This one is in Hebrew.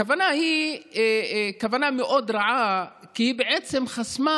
הכוונה היא כוונה מאוד רעה, כי היא בעצם חסמה,